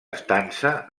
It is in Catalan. estança